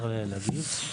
אפשר להגיב?